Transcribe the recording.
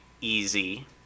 easy